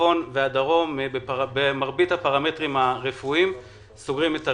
הצפון והדרום במרבית הפרמטרים הרפואיים סוגרים את הרשימה.